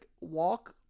walk